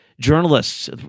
journalists